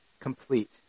complete